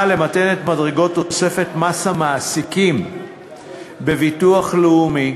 למתן את מדרגות תוספת מס המעסיקים בביטוח לאומי,